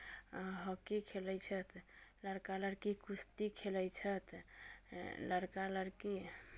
आ हॉकी खेलैत छथि लड़का लड़की कुस्ती खेलैत छथि लड़का लड़की